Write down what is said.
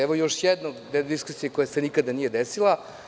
Evo još jedne diskusije koja se nikada nije desila.